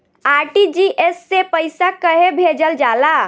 RTGS से पइसा कहे भेजल जाला?